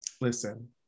Listen